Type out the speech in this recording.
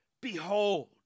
behold